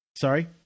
Sorry